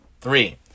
three